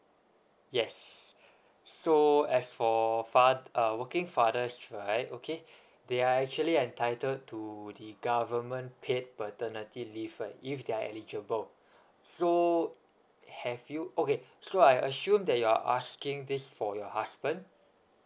yes so as for fa~ uh working fathers right okay they are actually entitled to the government paid paternity leave right if they are eligible so have you okay so I assume that you're asking this for your husband